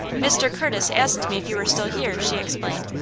mr. curtis asked me if you were still here, she explained,